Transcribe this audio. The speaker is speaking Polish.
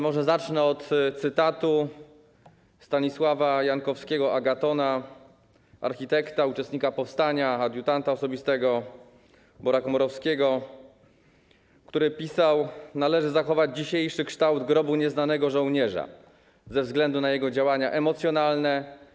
Może zacznę od cytatu ze Stanisława Jankowskiego „Agatona” - architekta, uczestnika powstania, adiutanta osobistego Bora-Komorowskiego, który pisał: Należy zachować dzisiejszy kształt Grobu Nieznanego Żołnierza ze względu na jego działanie emocjonalne.